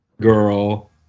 girl